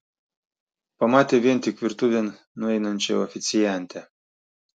pamatė vien tik virtuvėn nueinančią oficiantę